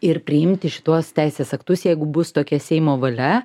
ir priimti šituos teisės aktus jeigu bus tokia seimo valia